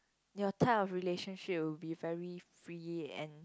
your type of relationship would be very free and